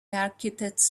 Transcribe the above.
architects